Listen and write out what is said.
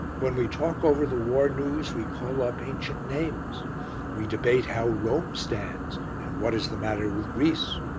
when we talk over the war news, we call up ancient names we debate how rome stands and what is the matter with greece.